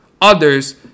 others